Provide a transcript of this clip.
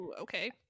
Okay